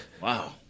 Wow